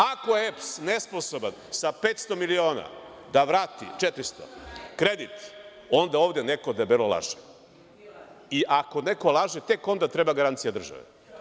Ako je EPS nesposoban sa 400 miliona da vrati kredit, onda ovde neko debelo laže i ako neko laže, tek onda treba garancija države.